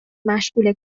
مشغول